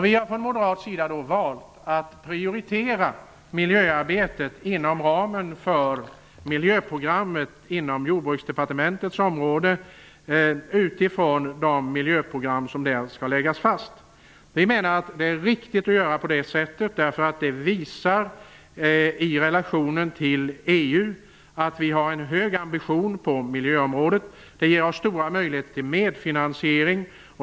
Vi har från moderat sida valt att prioritera miljöarbetet inom ramen för miljöprogrammet på Jordbruksdepartementets område utifrån de program som där skall läggas fast. Det är riktigt att göra på det sättet därför att det visar att vi i relation till EU har en hög ambition på miljöområdet. Det ger oss stora möjligheter till medfinansiering.